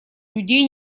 людей